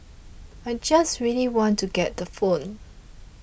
I just really want to get the phone